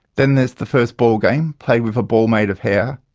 then there's the first ball game, played with a ball made of hair,